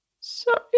sorry